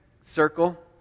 circle